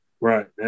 right